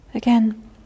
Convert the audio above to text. Again